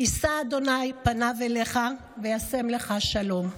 ישא ה' פניו אליך וְיָשֵׂם לך שלום".